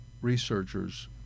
researchers